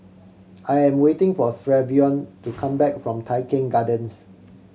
I am waiting for Trevion to come back from Tai Keng Gardens